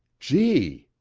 gee!